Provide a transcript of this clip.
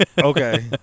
Okay